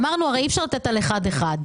אמרנו הרי, אי-אפשר לתת על אחד אחד.